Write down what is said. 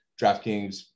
DraftKings